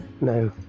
no